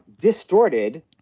distorted